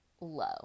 low